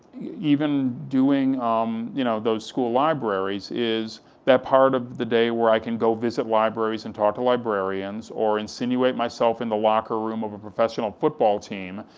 even doing um you know those school libraries is that part of the day where i can go visit libraries and talk to librarians, or insinuate myself in the locker room of a professional football team,